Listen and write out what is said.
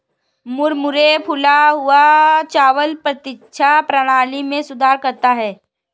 मुरमुरे फूला हुआ चावल प्रतिरक्षा प्रणाली में सुधार करता है